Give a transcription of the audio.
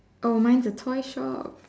oh mine's a toy shop